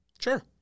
Sure